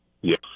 Yes